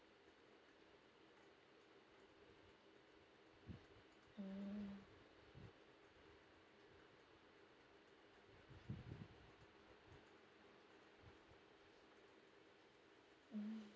mm mm